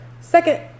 Second